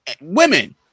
women